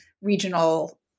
regional